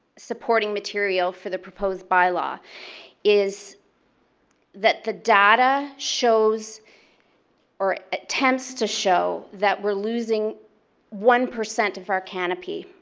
supporting material for the proposed by law is that the data shows or attempts to show that we're losing one percent of our canopy